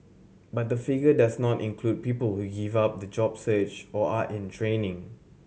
but the figure does not include people who give up the job or are in training